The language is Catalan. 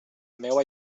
meua